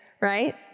right